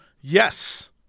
yes